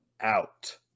out